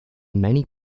many